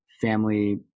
family